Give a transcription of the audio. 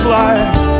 life